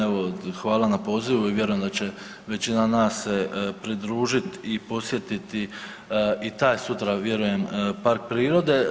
Evo hvala na pozivu i vjerujem da će većina nas se pridružiti i posjetiti i taj sutra vjerujem park prirode.